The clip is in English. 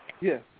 Yes